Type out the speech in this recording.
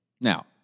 Now